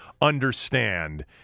understand